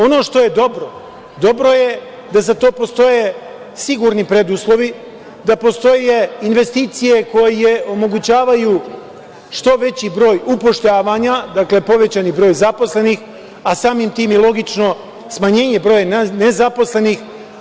Ono što je dobro, dobro je da za to postoje sigurni preduslovi, da postoje investicije koje omogućavaju što veći broj upošljavanja, povećani broj zaposlenih, a samim tim i logično smanjenje broja nezaposlenih.